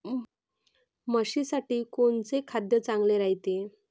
म्हशीसाठी कोनचे खाद्य चांगलं रायते?